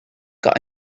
got